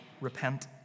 repent